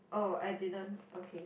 oh I didn't okay